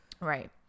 right